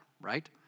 Right